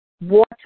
water